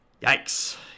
Yikes